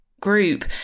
group